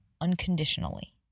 unconditionally